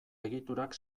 egiturak